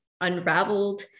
unraveled